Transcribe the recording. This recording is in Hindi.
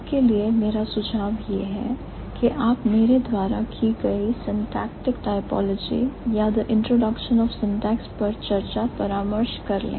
आपके लिए मेरा सुझाव यह है कि आप मेरे द्वारा की गई syntactic typology या the introduction of syntax पर चर्चा परामर्श कर ले